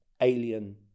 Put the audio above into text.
alien